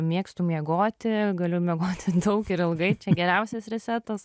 mėgstu miegoti galiu miegoti daug ir ilgai čia geriausias resetas